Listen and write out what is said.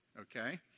Okay